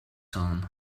son